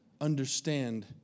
understand